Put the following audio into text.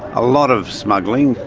a lot of smuggling,